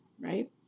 Right